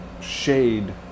shade